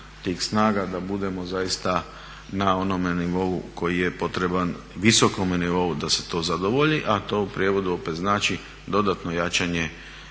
snaga da budemo zaista na onome nivou koji je potreban, visokom nivou da se to zadovolji. A to u prijevodu opet znači dodatno jačanje